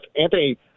Anthony